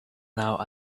now